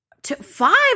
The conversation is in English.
five